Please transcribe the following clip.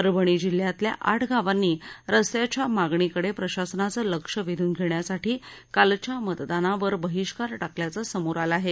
परभणी जिल्ह्यातल्या आठ गावांनी रस्त्याच्या मागणीकडे प्रशासनाचं लक्ष वेधून घेण्यासाठी कालच्या मतदानावर बहिष्कार टाकल्याचं समोर आलं आहे